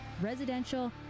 residential